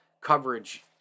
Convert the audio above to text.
Coverage